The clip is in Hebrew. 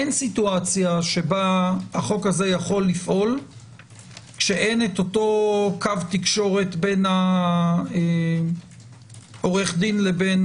אין מצב שהחוק הזה יכול לפעול כשאין אותו קו תקשורת בין עורך הדין לבין